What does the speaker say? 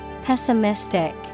Pessimistic